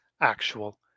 actual